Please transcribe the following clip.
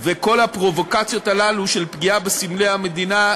וכל הפרובוקציות הללו של פגיעה בסמלי המדינה,